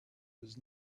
was